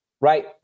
right